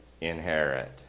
inherit